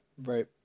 Right